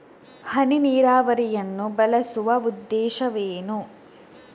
ಹನಿ ನೀರಾವರಿಯನ್ನು ಬಳಸುವ ಉದ್ದೇಶವೇನು?